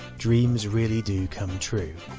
dreams really do come true.